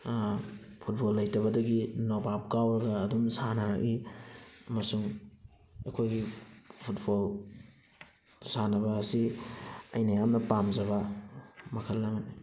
football ꯂꯩꯇꯕꯗꯒꯤ ꯅꯣꯕꯥꯞ ꯀꯥꯎꯔꯒ ꯑꯗꯨꯝ ꯁꯥꯟꯅꯔꯛꯏ ꯑꯃꯁꯨꯡ ꯑꯩꯈꯣꯏꯒꯤ ꯐꯨꯠꯕꯣꯜ ꯁꯥꯟꯅꯕ ꯑꯁꯤ ꯑꯩꯅ ꯌꯥꯝꯅ ꯄꯥꯝꯖꯕ ꯃꯈꯜ ꯑꯃꯅꯤ